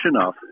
enough